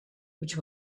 which